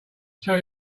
tell